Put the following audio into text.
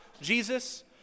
Jesus